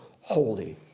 holy